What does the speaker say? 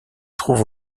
trouve